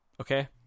Okay